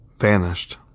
vanished